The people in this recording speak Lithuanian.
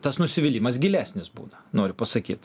tas nusivylimas gilesnis būna noriu pasakyt